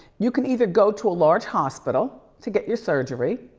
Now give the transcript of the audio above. you can either go to a large hospital to get your surgery,